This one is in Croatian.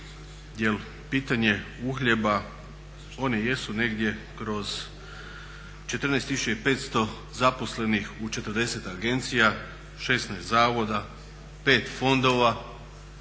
pitanje uhljeba oni jesu negdje kroz 14 500 zaposlenih u 40 agencija, 16 zavoda, 5 fondova